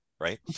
right